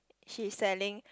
she is selling